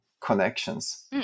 connections